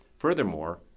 Furthermore